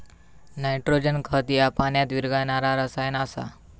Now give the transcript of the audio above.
nitrogen खत ह्या पाण्यात विरघळणारा रसायन आसा